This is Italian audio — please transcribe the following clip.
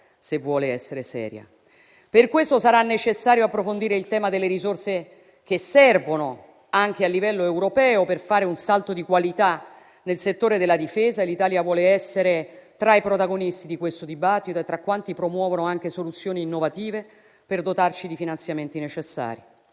se vuole essere seria. Per questo sarà necessario approfondire il tema delle risorse che servono, anche a livello europeo, per fare un salto di qualità nel settore della difesa e l'Italia vuole essere tra i protagonisti di questo dibattito e tra quanti promuovono anche soluzioni innovative per dotarci di finanziamenti necessari.